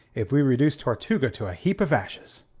if we reduce tortuga to a heap of ashes.